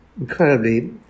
incredibly